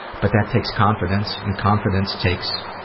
but that takes confidence and confidence takes,